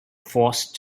forced